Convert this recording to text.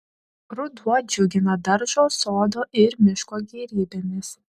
ruduo džiugina daržo sodo ir miško gėrybėmis